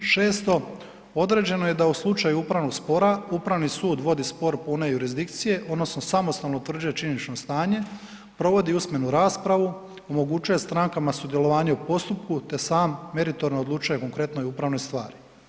Šesto, određeno je da u slučaju upravnog spora, upravni sud vodi spor pune jurisdikcije, odnosno samostalno utvrđuje činjenično stanje, provodi usmenu raspravu, omogućuje strankama sudjelovanje u postupku te sam meritorno odlučuje u konkretnoj upravnoj stvari.